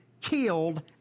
killed